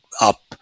up